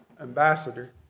ambassador